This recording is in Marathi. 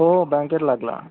हो बँकेत लागला